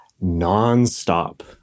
non-stop